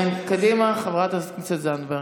קדימה, חברת הכנסת זנדברג.